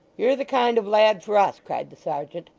you're the kind of lad for us cried the serjeant,